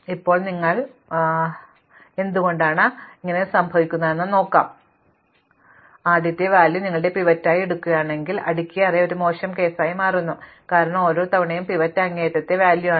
ഏറ്റവും മോശം സംഭവം സംഭവിക്കുന്നു കാരണം ഞങ്ങൾ തിരഞ്ഞെടുക്കുന്ന പിവറ്റ് ഒരു മോശം പിവറ്റ് ആകാം കാരണം നിങ്ങൾ ആദ്യത്തെ മൂലകം നിങ്ങളുടെ പിവറ്റായി ഇടുകയാണെങ്കിൽ അടുക്കിയ അറേ ഒരു മോശം കേസായി മാറുന്നു കാരണം ഓരോ തവണയും പിവറ്റ് അങ്ങേയറ്റത്തെ മൂലകമാണ്